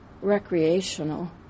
recreational